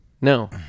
No